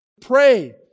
pray